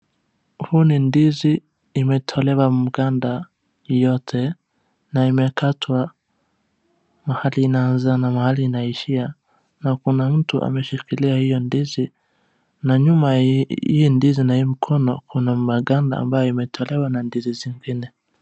Huu ni ndizi. Imetolewa maganda yote na imekatwa mahali inaanza na mahali inaishia na kuna mtu ameshikilia hiyo ndizi na nyuma ya hii ndizi na hii mkono, kuna maganda ambayo imetolewa na ndizi zingine.